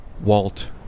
Walt